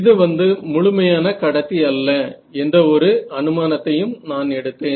இது வந்து முழுமையான கடத்தி அல்ல என்ற ஒரு அனுமானத்தையும் நான் எடுத்தேன்